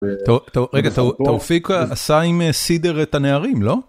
טוב, רגע, תאופיק, עשה עם סידר את הנערים, לא?